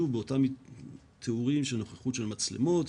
שוב באותם תיאורים של נוכחות של מצלמות.